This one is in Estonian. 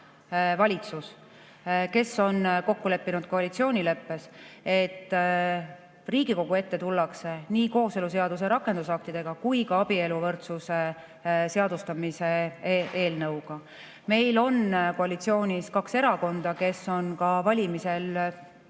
valitsus, kes on koalitsioonileppes kokku leppinud, et Riigikogu ette tullakse nii kooseluseaduse rakendusaktidega kui ka abieluvõrdsuse seadustamise eelnõuga. Meil on koalitsioonis kaks erakonda, kes on ka valimistel selleks